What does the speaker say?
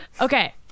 Okay